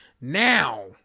Now